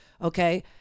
Okay